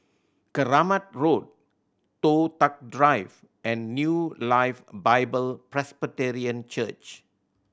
Keramat Road Toh Tuck Drive and New Life Bible Presbyterian Church